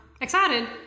Excited